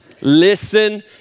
listen